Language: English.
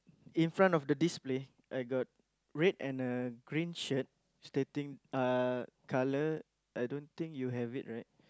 in front of the display I got red and a green shirt stating colour I don't think you have it right